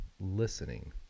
listening